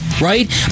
right